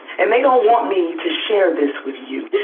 and they don't want me to share this with you